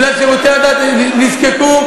מכיוון ששירותי הדת נזקקו,